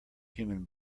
human